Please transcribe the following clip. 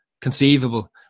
conceivable